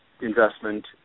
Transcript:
investment